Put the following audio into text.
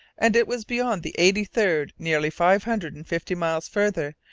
and it was beyond the eighty-third, nearly five hundred and fifty miles farther,